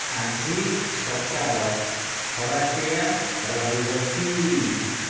ଆଜି ସକାଳ ଖରାଟିଆ ରହିବ କି